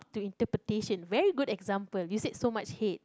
to interpretation very good example you said so much hate